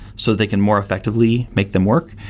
so they can more effectively make them work.